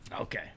Okay